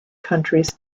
countries